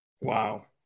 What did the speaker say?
Wow